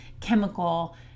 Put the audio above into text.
chemical